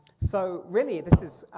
so really, this is,